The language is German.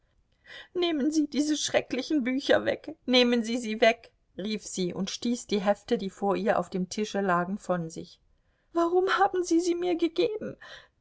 nehmen sie diese schrecklichen bücher weg nehmen sie sie weg rief sie und stieß die hefte die vor ihr auf dem tische lagen von sich warum haben sie sie mir gegeben